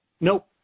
Nope